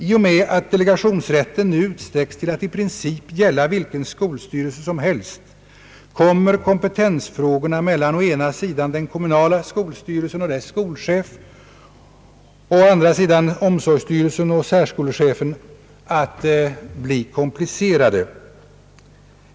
I och med att delegationsrätten nu utsträckes till att i princip gälla vilken skolstyrelse som helst, kommer kompetensfrågorna mellan å ena sidan den kommunala skolstyrelsen och dess skolchef och å andra sidan omsorgsstyrelsen och särskolchefen att bli komplicerade.